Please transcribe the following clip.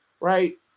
Right